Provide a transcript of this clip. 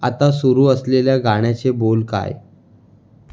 आता सुरू असलेल्या गाण्याचे बोल काय